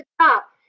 top